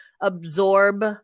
absorb